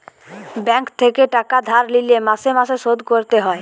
bank থেকে টাকা ধার লিলে মাসে মাসে শোধ করতে হয়